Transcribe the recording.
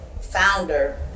founder